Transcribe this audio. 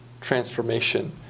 transformation